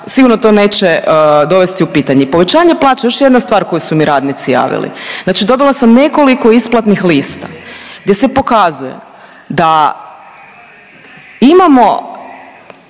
sigurno to neće dovesti u pitanje. I povećanje plaća, još jedna stvar koju su mi radnici javili. Znači dobila sam nekoliko isplatnih lista gdje se pokazuje da imamo